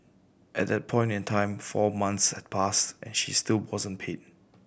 at that point in time four months had passed and she still wasn't paid